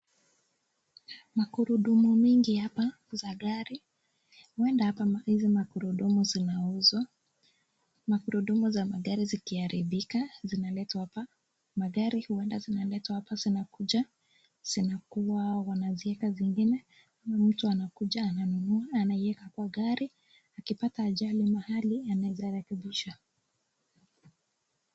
Magurudumu mingi hapa za gari. Huenda hapa hizi magurudumu zinauzwa. Magurudumu za magari zikiharibika, zinaletwa hapa. Magari huenda zinaletwa hapa, zinakuja zinakuwa wanaeka zingine ama mtu anakuja ananunua anaiweka kwa gari akipata ajali mahali anaweza rekebisha.